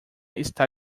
está